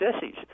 sissies